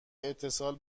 اتصال